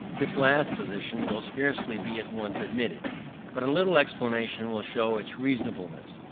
this last position will scarcely be at once admitted but a little explanation will show its reasonableness.